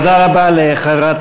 תודה רבה לחברת